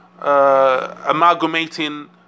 amalgamating